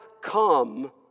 come